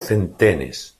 centenes